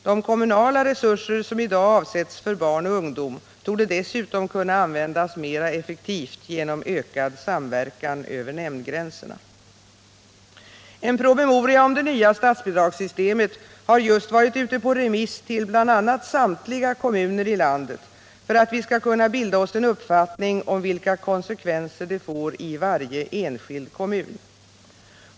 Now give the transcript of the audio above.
De kommunala resurser som i dag avsätts för barn och ungdom torde dessutom kunna användas mera effektivt genom en ökad samverkan över nämndgränserna. En promemoria om det nya statsbidragssystemet har just varit ute på remiss till bl.a. samtliga kommuner i landet för att vi skall kunna bilda oss en uppfattning om vilka konsekvenser det får i varje enskild kommun.